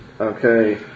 Okay